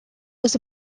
was